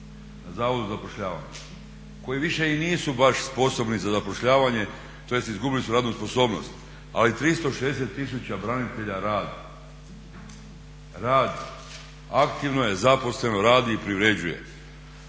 na Zavodu za zapošljavanje koji i nisu više baš sposobni za zapošljavanje tj. izgubili su radnu sposobnost, ali 360 tisuća branitelja radi, aktivno je zaposleno radi i privređuje.